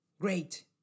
Great